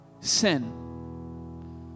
Sin